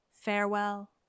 Farewell